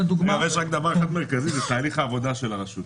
תהליך העבודה של הרשות